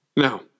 Now